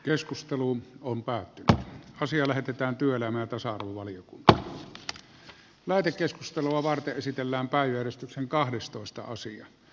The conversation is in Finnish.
keskusteluun on päätettävä asia lähetetään työelämä että kyllä te olette ihan oikeassa kohdassa nyt kiinni